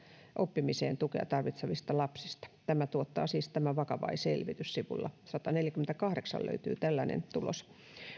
oppimiseen tukea tarvitsevista lapsista tämän tuottaa siis tämä vakavai selvitys sivulta sataneljäkymmentäkahdeksan löytyy tällainen tulos